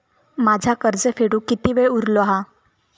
माझा कर्ज फेडुक किती वेळ उरलो हा?